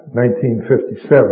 1957